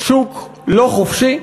שוק לא חופשי,